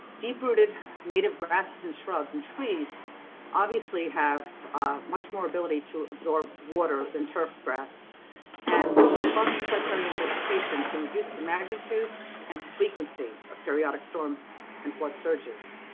deep rooted native grasses and shrubs and trees obviously have much more ability to absorb water than turf grass and robust riparian vegetation can reduce the magnitude and frequency of periodic storm and flood surges.